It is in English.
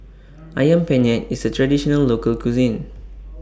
Ayam Penyet IS A Traditional Local Cuisine